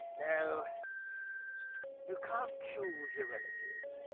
you know you can't choose your relatives,